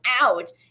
out